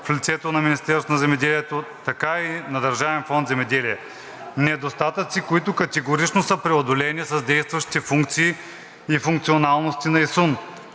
в лицето на Министерството на земеделието, така и на Държавен фонд „Земеделие“. Недостатъци, които категорично са преодолени с действащите функции и функционалности на ИСУН